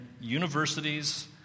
universities